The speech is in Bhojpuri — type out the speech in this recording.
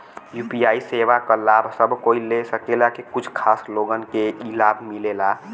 यू.पी.आई सेवा क लाभ सब कोई ले सकेला की कुछ खास लोगन के ई लाभ मिलेला?